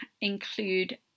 include